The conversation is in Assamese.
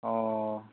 অঁ